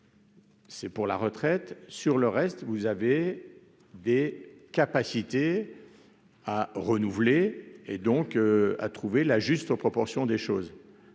C'est pour la retraite, sur le reste, vous avez des capacités à renouveler et donc à trouver la juste proportion des choses